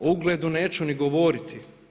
O ugledu neću ni govoriti.